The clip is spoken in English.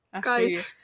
guys